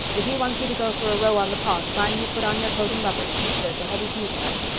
if he wants you to go for a row on the pond mind you put on your coat and rubbers. there's a heavy dew tonight.